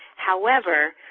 however,